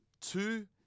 Two